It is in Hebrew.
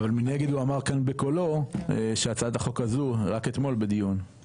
אבל מנגד הוא אמר כאן בקולו שהצעת החוק הזו רק בדיון שהתקיים אתמול,